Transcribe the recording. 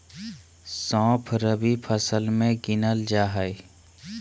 सौंफ रबी फसल मे गिनल जा हय